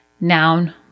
noun